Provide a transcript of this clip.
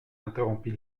interrompit